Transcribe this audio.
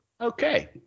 Okay